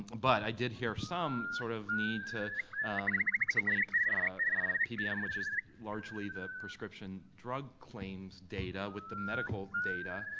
but i did hear some sort of need to um to link pdm, which is largely the prescription drug claims data with the medical data.